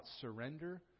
surrender